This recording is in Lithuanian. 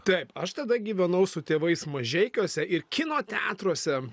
taip aš tada gyvenau su tėvais mažeikiuose ir kino teatruose